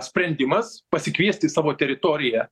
sprendimas pasikviest į savo teritoriją